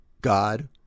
God